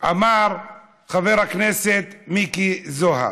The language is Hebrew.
אמר חבר הכנסת מיקי זוהר.